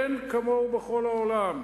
אין כמוהו בכל העולם,